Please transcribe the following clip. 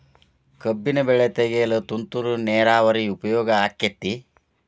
ಕಬ್ಬಿನ ಬೆಳೆ ತೆಗೆಯಲು ತುಂತುರು ನೇರಾವರಿ ಉಪಯೋಗ ಆಕ್ಕೆತ್ತಿ?